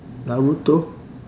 naruto